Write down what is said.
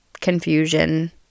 confusion